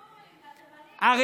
או לסורים, לתימנים, לעיראקים.